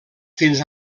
fins